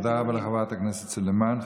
תודה רבה לחברת הכנסת תומא סלימאן.